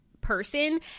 person